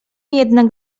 jednak